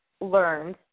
learned